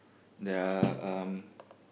there are um